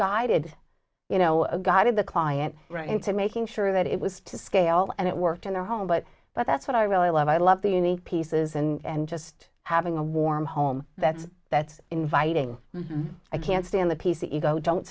guided you know guided the client right into making sure that it was to scale and it worked in their home but but that's what i really love i love the unique pieces and just having a warm home that that's inviting i can't stand the p c ego don't